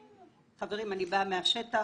חברים, אני באה מהשטח.